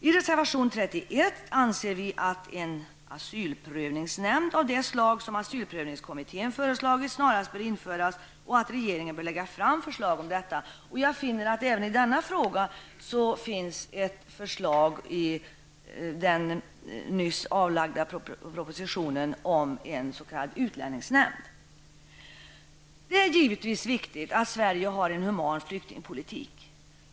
I reservation 31 anser vi att en asylprövningsnämnd av det slag som asylprövningskommittén föreslagit snarast bör införas och att regeringen bör lägga fram förslag om detta. Jag finner att även i denna fråga finns ett förslag i den nyss avlämnade propositionen, om en s.k. utlänningsnämnd. Det är givetvis viktigt att Sverige har en human flyktingpolitik.